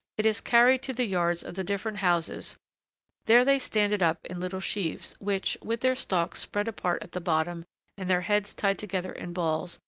it is carried to the yards of the different houses there they stand it up in little sheaves, which, with their stalks spread apart at the bottom and their heads tied together in balls,